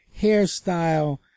hairstyle